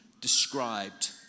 described